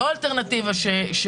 אז